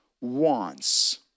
wants